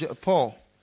Paul